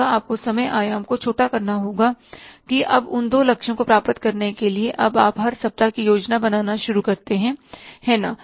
आपको समय आयाम को छोटा करना होगा कि अब उन दो लक्ष्यों को प्राप्त करने के लिए अब आप हर सप्ताह की योजना बनाना शुरू करते हैं है ना